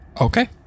Okay